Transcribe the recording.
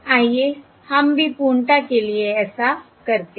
आइए हम भी पूर्णता के लिए ऐसा करते हैं